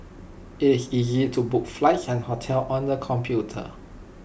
IT is easy to book flights and hotels on the computer